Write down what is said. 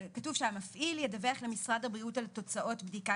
אבל כתוב שהמפעיל ידווח למשרד הבריאות על תוצאות בדיקה